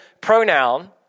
pronoun